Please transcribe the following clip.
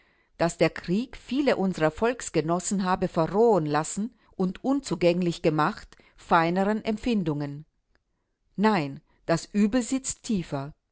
daß der krieg viele unserer volksgenossen habe verrohen lassen und unzugänglich gemacht feineren empfindungen nein das übel sitzt tiefer